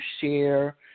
share